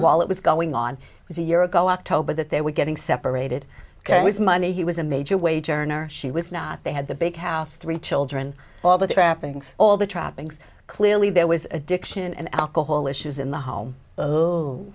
while it was going on was a year ago october that they were getting separated because money he was a major wage earner she was not they had the big house three children all the trappings all the trappings clearly there was addiction and alcohol issues in the home